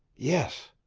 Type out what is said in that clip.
yes,